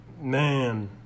man